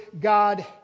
God